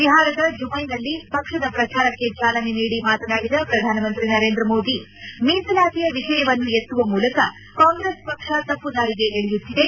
ಬಿಹಾರದ ಜುಮ್ನೆನಲ್ಲಿ ಪಕ್ಷದ ಪ್ರಚಾರಕ್ಕೆ ಚಾಲನೆ ನೀಡಿ ಮಾತನಾಡಿದ ಪ್ರಧಾನಮಂತ್ರಿ ನರೇಂದ್ರ ಮೋದಿ ಮೀಸಲಾತಿಯ ವಿಷಯವನ್ನು ಎತ್ತುವ ಮೂಲಕ ಕಾಂಗ್ರೆಸ್ ಪಕ್ಷ ತಪ್ಪುದಾರಿಗೆ ಎಳೆಯುತ್ತಿದೆ